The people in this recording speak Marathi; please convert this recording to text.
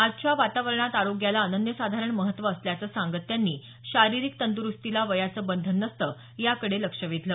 आजच्या वातावरणात आरोग्याला अनन्यसाधारण महत्त्व असल्याचं सांगत त्यांनी शारीरिक तंदरुस्तीला वयाचं बंधन नसतं याकडे लक्ष वेधलं